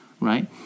right